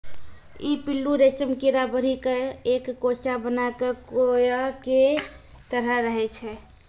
ई पिल्लू रेशम कीड़ा बढ़ी क एक कोसा बनाय कॅ कोया के तरह रहै छै